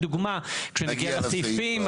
כשנגיע לסעיפים.